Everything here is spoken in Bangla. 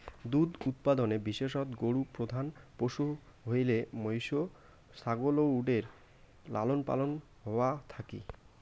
দুধ উৎপাদনে বিশেষতঃ গরু প্রধান পশু হইলেও মৈষ, ছাগল ও উটের লালনপালন হয়া থাকি